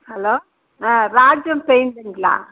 hello ஆ ராஜம் பெயிண்டருங்களா